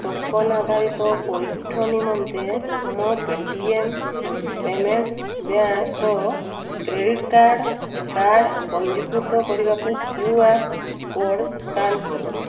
token ଆଧାରିତ ପଇଠ ନିମନ୍ତେ ମୋ ପେଟିଏମ୍ ପେମେଣ୍ଟ୍ସ୍ ବ୍ୟାଙ୍କ୍ର କ୍ରେଡ଼ିଟ୍ କାର୍ଡ଼୍ କାର୍ଡ଼୍ ପଞ୍ଜୀକୃତ କରିବାକୁ କ୍ୟୁ ଆର୍ କୋର୍ଡ଼ ସ୍କାନ୍ କର